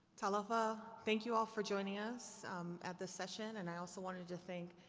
talofa. thank you all for joining us at this session. and i also wanted to thank,